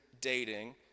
dating